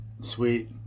Sweet